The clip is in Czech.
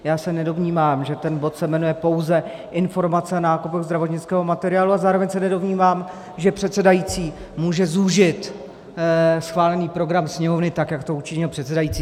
Já se nedomnívám, že ten bod se jmenuje pouze informace o nákupech zdravotnického materiálu, a zároveň se nedomnívám, že předsedající může zúžit schválený program Sněmovny tak, jak to učinil předsedající.